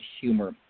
humor